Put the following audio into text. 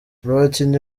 abakinnyi